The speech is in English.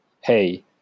hey